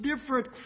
different